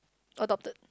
adopted